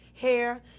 hair